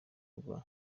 rwa